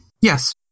Yes